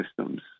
systems